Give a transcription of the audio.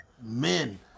men